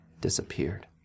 disappeared